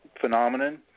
phenomenon